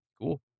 Cool